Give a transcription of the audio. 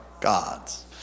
God's